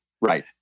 Right